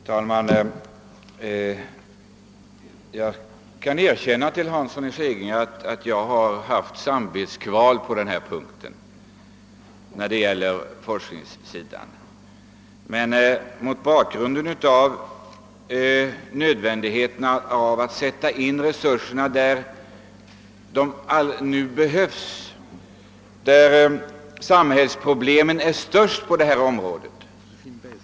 Herr talman! Jag kan erkänna för herr Hansson i Skegrie att jag haft samvetskval när det gäller forskningssidan. Mitt ställningstagande har emellertid skett mot bakgrunden av nödvändigheten att sätta in resurserna där de nu behövs och där samhällsproblemen är störst på detta område.